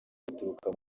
baturuka